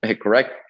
Correct